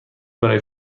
برای